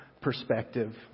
perspective